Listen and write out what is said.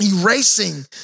Erasing